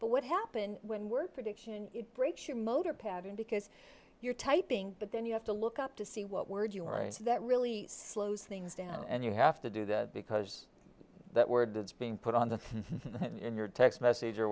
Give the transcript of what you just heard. but what happens when word prediction it breaks your motor pattern because you're typing but then you have to look up to see what word you are is that really slows things down and you have to do that because that word that's being put on the in your text message or